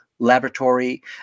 laboratory